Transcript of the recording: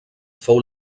fou